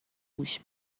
گوش